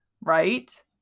Right